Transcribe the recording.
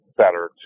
better